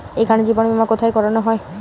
এখানে জীবন বীমা কোথায় করানো হয়?